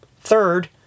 Third